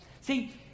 See